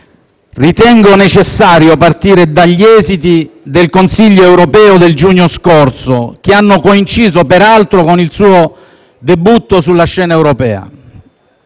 ritengo necessario partire dagli esiti del Consiglio europeo del giugno scorso, che ha coinciso, peraltro, con il suo debutto sulla scena europea.